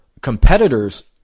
competitors